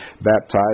baptized